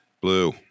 Blue